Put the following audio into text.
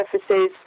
surfaces